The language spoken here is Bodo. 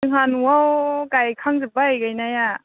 जोंहा न'आव गायखांजोब्बाय गायनाया